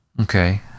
Okay